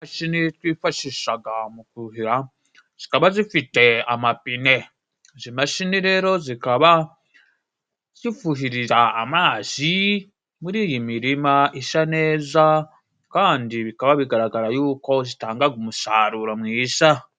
Imashini twifashishaga mu kuhira zikaba zifite amapine, izi mashini rero zikaba zifuhirira amazi muri iyi mirima isa neza kandi bikaba bigaragara yuko zitangaga umusaruro mwiza.